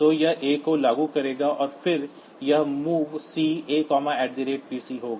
तो यह A को लागू करेगा और फिर यह movc apc होगा